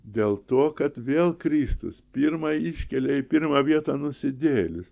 dėl to kad vėl kristus pirma iškelia į pirmą vietą nusidėjėlius